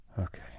Okay